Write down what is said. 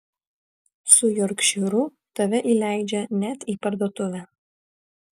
su jorkšyru tave įleidžia net į parduotuvę